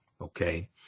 Okay